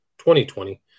2020